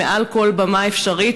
מעל כל במה אפשרית,